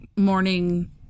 Morning